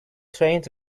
trained